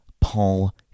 Paul